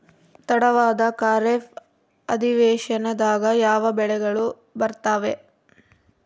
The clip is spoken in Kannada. ತಡವಾದ ಖಾರೇಫ್ ಅಧಿವೇಶನದಾಗ ಯಾವ ಬೆಳೆಗಳು ಬರ್ತಾವೆ?